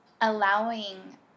allowing